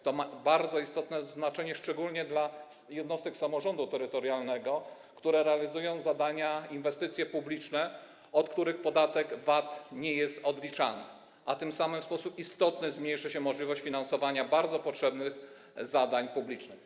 To ma bardzo istotne znaczenie, szczególnie dla jednostek samorządu terytorialnego, które realizują zadania, inwestycje publiczne, od których podatek VAT nie jest odliczany, a tym samym w sposób istotny zmniejsza się możliwość finansowania bardzo potrzebnych zadań publicznych.